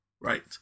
right